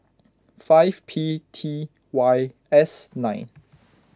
five P T Y S nine